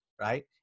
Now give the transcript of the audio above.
right